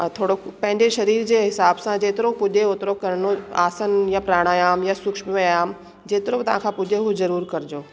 अ थोरो पंहिंजे शरीर जे हिसाब सां जेतिरो पुजे ओतिरो करिणो आसन या प्राणायाम या सुक्ष्म व्यायामु जेतिरो बि तव्हांखां पुजे हू ज़रूर करिजो